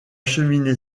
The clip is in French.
cheminée